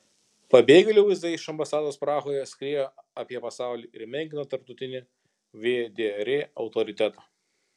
pabėgėlių vaizdai iš ambasados prahoje skriejo apie pasaulį ir menkino tarptautinį vdr autoritetą